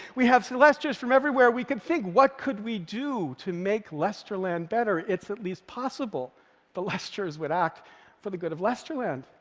we have so lesters from everywhere. we could think, what could we do to make lesterland better? it's at least possible the lesters would act for the good of lesterland.